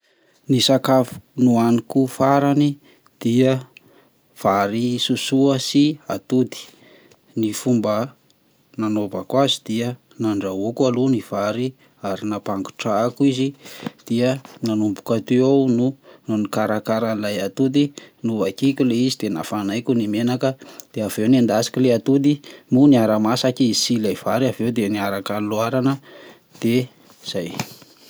Ny sakafo nohaniko farany dia vary sosoa sy atody, ny fomba nanaovako azy dia nandrahoako aloha ny vary ary nampagotrahako izy dia nanomboka teo aho no nikarakara an'ilay atody novakiko le izy dia nafanaiko ny menaka dia aveo noendasiko le atody no niara masaka izy sy le vary aveo dia niaraka noloarana de zay.